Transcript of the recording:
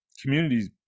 Communities